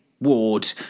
ward